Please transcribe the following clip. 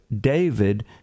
David